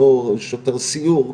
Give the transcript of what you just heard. לא שוטר סיור,